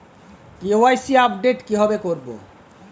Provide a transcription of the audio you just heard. KYC update কিভাবে করবো?